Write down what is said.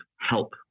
help